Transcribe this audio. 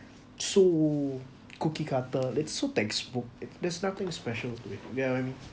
so cookie cutter it's so textbook it there's nothing special to it yeah I mean